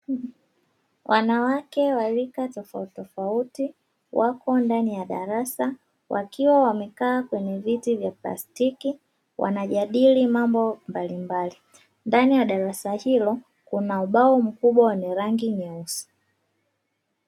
Wanawake wa rika tofauti tofauti, wako ndani ya darasa wakiwa wamekaa kwenye viti vya plastiki, wanajadili mambo mbalimbali. Ndani ya darasa hilo kuna ubao mkubwa wenye rangi nyeusi.